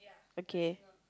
okay